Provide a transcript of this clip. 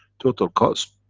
total cost